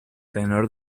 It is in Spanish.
tenor